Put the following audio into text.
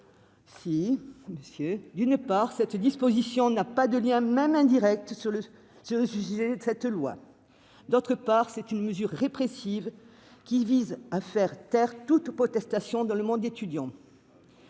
Mais si ! D'une part, cette disposition n'a pas de lien, même indirect, avec le sujet de cette loi. Et alors ? D'autre part, c'est une mesure répressive qui vise à faire taire toute protestation dans le monde étudiant.